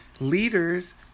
leaders